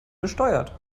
besteuert